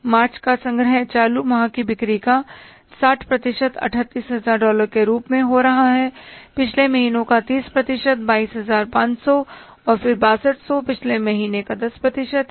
मार्च का संग्रह चालू माह की बिक्री का 60 प्रतिशत 38000 डॉलर के रूप में हो रहा है पिछले महीनों का 30 प्रतिशत 22500 और फिर 6200 पिछले महीने का 10 प्रतिशत है